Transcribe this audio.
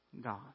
God